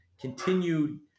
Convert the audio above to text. continued